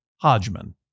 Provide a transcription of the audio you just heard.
Hodgman